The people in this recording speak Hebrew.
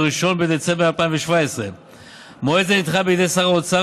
1 בדצמבר 2017. מועד זה נדחה על ידי שר האוצר,